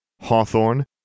Hawthorne